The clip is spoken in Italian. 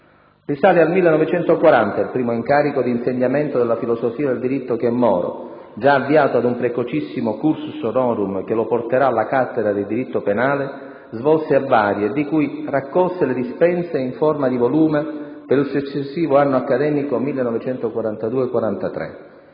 Risale al 1940 il primo incarico di insegnamento della filosofia del diritto che Moro - già avviato ad un precocissimo *cursus honorum* che lo porterà alla cattedra di diritto penale - svolse a Bari e di cui raccolse le dispense in forma di volume per il successivo anno accademico 1942-1943.